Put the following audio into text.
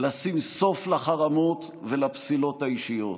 לשים סוף לחרמות ולפסילות האישיות,